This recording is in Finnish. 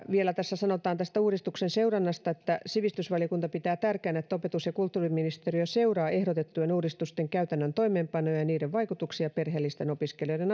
vielä tässä sanotaan tästä uudistuksen seurannasta sivistysvaliokunta pitää tärkeänä että opetus ja kulttuuriministeriö seuraa ehdotettujen uudistusten käytännön toimeenpanoa ja ja niiden vaikutuksia perheellisten opiskelijoiden